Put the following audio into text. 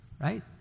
right